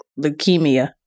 leukemia